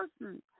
person